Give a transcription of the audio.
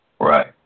right